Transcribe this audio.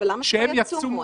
אבל למה שלא יצומו?